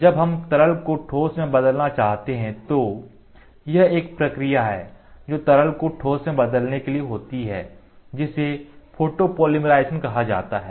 जब हम तरल को ठोस में बदलना चाहते है तो यह एक प्रक्रिया है जो तरल को ठोस में बदलने के लिए होती है जिसे फोटोपॉलीमराइज़ेशन कहा जाता है